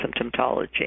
symptomatology